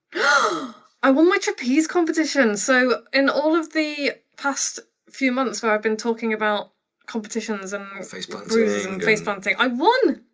um i won my trapeze competition. so, in all of the past few months where i've been talking about competitions and face planting. but bruises and face planting. i won!